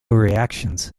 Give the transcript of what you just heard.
reactions